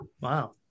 Wow